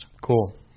Cool